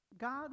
god